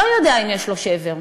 לא יודע אם יש לו שבר,